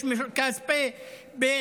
יש מרכז ב',